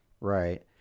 Right